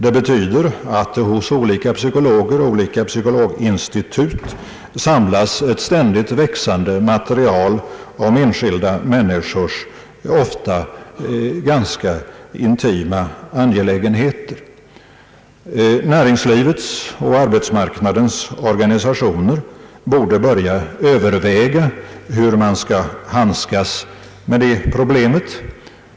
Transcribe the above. Det betyder att hos olika psykologer och olika institut samlas ett ständigt växande material om enskilda människors ofta ganska intima angelägenheter. Näringslivets och arbetsmarknadens organisationer borde börja överväga hur man skall handskas med det problemet.